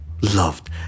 loved